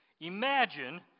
Imagine